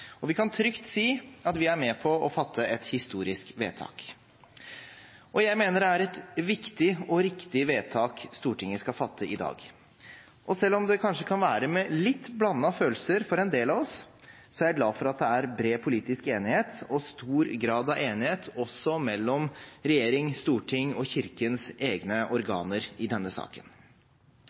Vi kan trygt si at vi er med på å fatte et historisk vedtak. Jeg mener det er et viktig og riktig vedtak Stortinget skal fatte i dag. Selv om det kanskje kan være med litt blandede følelser for en del av oss, så er jeg glad for at det er bred politisk enighet og stor grad av enighet også mellom regjering, storting og Kirkens egne organer i denne saken.